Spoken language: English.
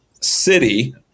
city